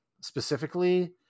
specifically